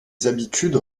habitudes